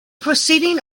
proceeding